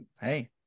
hey